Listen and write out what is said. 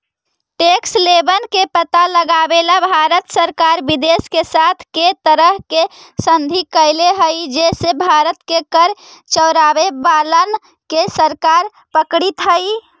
tax haven के पता लगावेला भारत सरकार विदेश के साथ कै तरह के संधि कैले हई जे से भारत के कर चोरावे वालन के सरकार पकड़ित हई